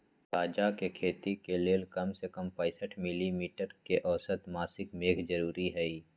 गजा के खेती के लेल कम से कम पैंसठ मिली मीटर के औसत मासिक मेघ जरूरी हई